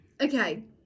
okay